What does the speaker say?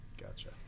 gotcha